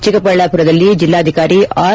ಚಿಕ್ಕಬಳ್ಳಾಪುರದಲ್ಲಿ ಜಿಲ್ಲಾಧಿಕಾರಿ ಆರ್